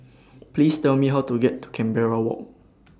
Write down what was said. Please Tell Me How to get to Canberra Walk